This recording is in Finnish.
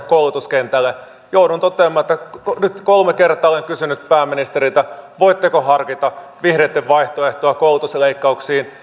joudun toteamaan että nyt kolme kertaa olen kysynyt pääministeriltä voitteko harkita vihreitten vaihtoehtoa koulutusleikkauksille